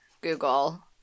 Google